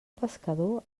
pescador